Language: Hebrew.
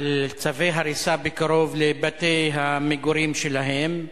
על צווי הריסה בקרוב לבתי המגורים שלהם.